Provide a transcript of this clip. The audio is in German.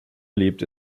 lebt